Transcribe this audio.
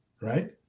Right